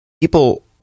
people